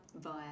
via